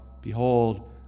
Behold